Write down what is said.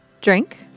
drink